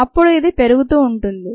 అప్పుడు ఇది పెరుగుతుంటుంది